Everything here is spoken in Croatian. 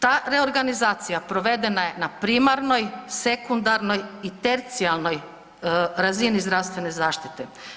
Ta reorganizacija provedena je na primarnoj, sekundarnoj i tercijarnoj razini zdravstvene zaštite.